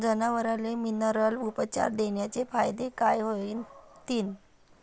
जनावराले मिनरल उपचार देण्याचे फायदे काय होतीन?